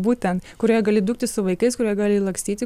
būtent kurioje gali dūkti su vaikais kurioje gali lakstyti